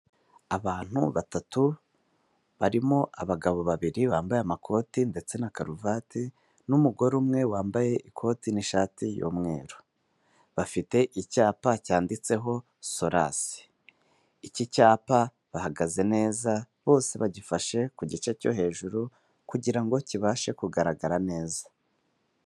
Abantu batatu barimo abagabo babiri bambaye amakoti ndetse na karuvati n'umugore umwe wambaye ikoti n'ishati y'umweru. Bafite icyapa cyanditseho solas. Iki cyapa bahagaze neza bose bagifashe ku gice cyo hejuru kugirango kibashe kugaragara neza.